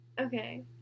Okay